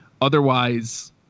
Otherwise